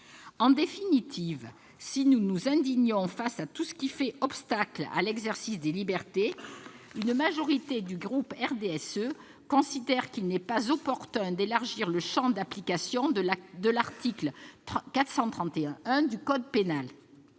En définitive, si nous nous indignons face à tout ce qui fait obstacle à l'exercice de libertés, une majorité du groupe RDSE considère qu'il n'est pas opportun d'élargir le champ d'application de l'article 431-1 du code pénal.